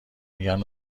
میگن